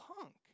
punk